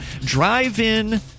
drive-in